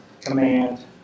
command